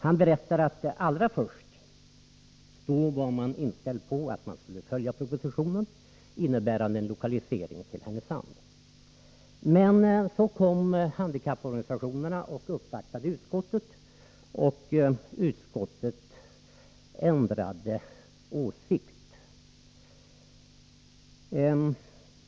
Han berättade att allra först var man inställd på att man skulle följa propositionen, innebärande en lokalisering till Härnösand. Men så kom handikapporganisationerna och uppvaktade utskottet, och utskottet ändrade åsikt.